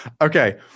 Okay